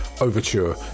Overture